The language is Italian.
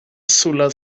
sulla